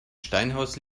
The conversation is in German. steinhaus